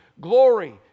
glory